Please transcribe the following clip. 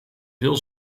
veel